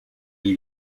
new